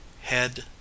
Head